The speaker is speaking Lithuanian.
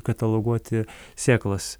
kataloguoti sėklas